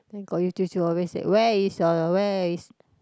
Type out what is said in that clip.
then Kok-Yew 舅舅 always say where is your where is